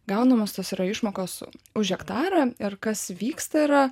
gaunamos tos yra išmokos už hektarą ir kas vyksta yra